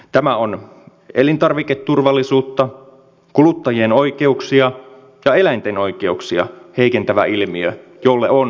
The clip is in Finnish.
tämä on elintarviketurvallisuutta kuluttajien oikeuksia ja eläinten oikeuksia heikentävä ilmiö jolle on saatava loppu